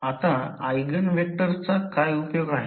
आता ऎगेन व्हेक्टर्सचा काय उपयोग आहे